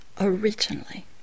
Originally